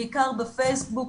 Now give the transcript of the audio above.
בעיקר בפייסבוק,